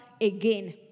again